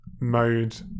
mode